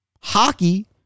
Hockey